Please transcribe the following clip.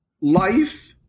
life